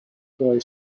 boy